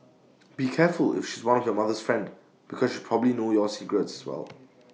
be careful if she's one of your mother's friend because she probably knows your secrets as well